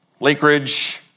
Lakeridge